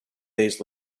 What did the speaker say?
days